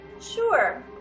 Sure